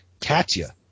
Katya